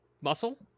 muscle